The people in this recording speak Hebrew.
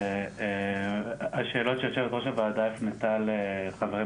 פשוט השאלות שיו"ר הוועדה הפנתה לחברי